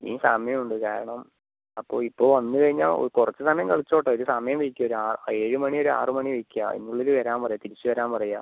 ഇനിയും സമയം ഉണ്ട് കാരണം അപ്പോൾ ഇപ്പോൾ വന്ന് കഴിഞ്ഞാൽ കുറച്ച് സമയം കളിച്ചോട്ടെ ഒരു സമയം വയ്ക്ക് ഒരു ഏഴ് മണി ഒരു ആറ് മണി വയ്ക്കുക അതിന് ഉള്ളിൽ വരാൻ പറയുക തിരിച്ച് വരാൻ പറയുക